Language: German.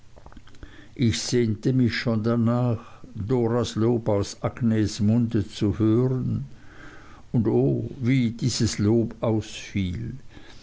ich sehnte mich schon danach doras lob aus agnes munde zu hören und o wie dieses lob